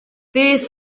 beth